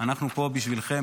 אנחנו פה בשבילכם,